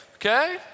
Okay